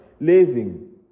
living